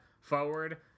forward